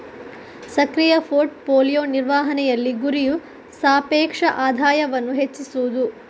ಸಕ್ರಿಯ portfolio ನಿರ್ವಹಣೆಯಲ್ಲಿ, ಗುರಿಯು ಸಾಪೇಕ್ಷ ಆದಾಯವನ್ನು ಹೆಚ್ಚಿಸುವುದು